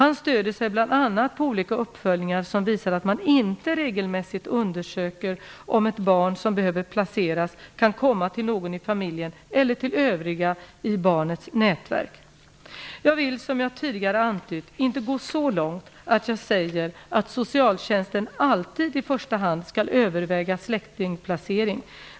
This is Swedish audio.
Han stödjer sig bl.a. på olika uppföljningar som visar att man inte regelmässigt undersöker om ett barn som behöver placeras kan komma till någon i familjen eller till övriga i barnets nätverk. Jag vill, som jag tidigare antytt, inte gå så långt att jag säger att socialtjänsten alltid i första hand skall överväga släktingplacering.